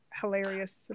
hilarious